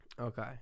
Okay